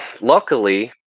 luckily